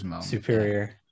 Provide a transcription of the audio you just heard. superior